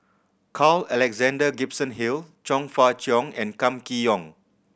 Carl Alexander Gibson Hill Chong Fah Cheong and Kam Kee Yong